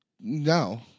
No